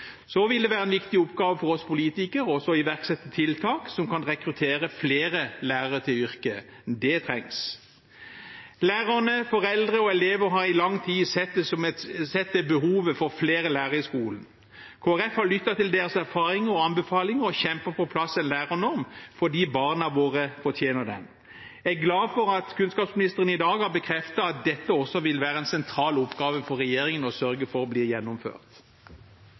Så vil det være en viktig oppgave for oss politikere også å iverksette tiltak som kan rekruttere flere lærere til yrket, det trengs. Lærere, foreldre og elever har i lang tid sett behovet for flere lærere i skolen. Kristelig Folkeparti har lyttet til deres erfaringer og anbefalinger og kjempet på plass en lærernorm, fordi barna våre fortjener den. Jeg er glad for at kunnskapsministeren i dag har bekreftet at det vil være en sentral oppgave for regjeringen å sørge for at dette blir gjennomført.